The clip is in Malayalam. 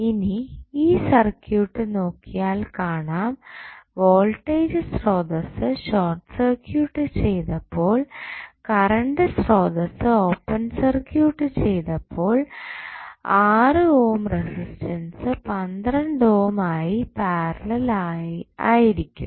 ഇനി ഈ സർക്യൂട്ട് നോക്കിയാൽ കാണാം വോൾട്ടേജ് സ്രോതസ്സ് ഷോർട്ട് സർക്യൂട്ട് ചെയ്തപ്പോൾ കറണ്ട് സ്രോതസ്സ് ഓപ്പൺ സർക്യൂട്ട് ചെയ്തപ്പോൾ 6 ഓം റെസിസ്റ്റൻസ് 12 ഓം ആയിട്ട് പാരലൽ ആയിരിക്കും